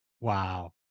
Wow